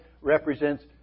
represents